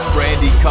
Brandy